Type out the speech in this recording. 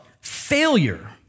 Failure